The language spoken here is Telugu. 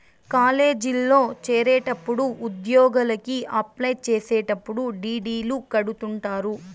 కాలేజీల్లో చేరేటప్పుడు ఉద్యోగలకి అప్లై చేసేటప్పుడు డీ.డీ.లు కడుతుంటారు